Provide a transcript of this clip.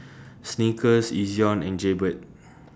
Snickers Ezion and Jaybird